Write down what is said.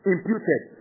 Imputed